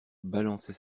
balançait